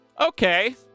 Okay